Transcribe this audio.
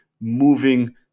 Moving